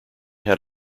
had